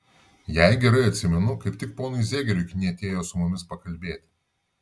jei gerai atsimenu kaip tik ponui zegeriui knietėjo su mumis pakalbėti